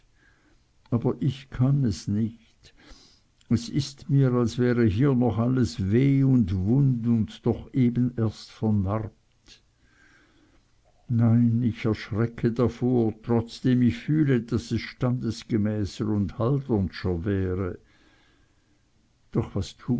aber ich kann es nicht es ist mir als wäre hier noch alles weh und wund oder doch eben erst vernarbt nein ich erschrecke davor trotzdem ich wohl fühle daß es standesgemäßer und haldernscher wäre doch was